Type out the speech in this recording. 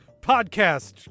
podcast